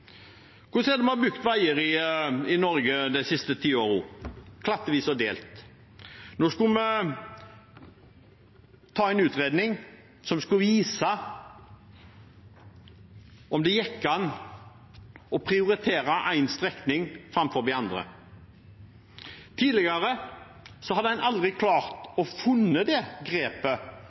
veier i Norge de siste ti årene? Klattvis og delt. Nå skulle vi få en utredning som skulle vise om det gikk an å prioritere én strekning framfor andre. Tidligere har en aldri klart det grepet å